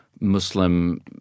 Muslim